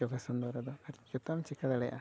ᱟᱨ ᱡᱳᱜᱟᱥᱚᱱ ᱫᱚᱣᱟᱨᱟᱫᱚ ᱟᱨ ᱡᱚᱛᱚᱣᱟᱜ ᱮᱢ ᱪᱮᱠᱟ ᱫᱟᱲᱮᱭᱟᱜᱼᱟ